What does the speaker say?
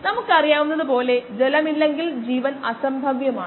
നമ്മൾ അങ്ങനെ ചെയ്യുകയാണെങ്കിൽ നമ്മൾ ഇവിടെ അവസാനിപ്പിക്കണം